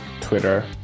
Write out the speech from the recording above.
Twitter